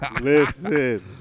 listen